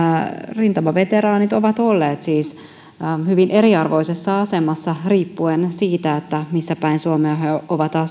rintamaveteraanit ovat siis olleet hyvin eriarvoisessa asemassa riippuen siitä missäpäin suomea he ovat